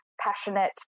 passionate